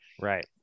Right